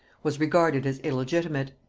was regarded as illegitimate,